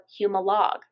Humalog